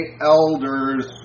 elders